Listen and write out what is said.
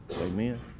amen